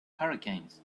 hurricanes